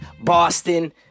Boston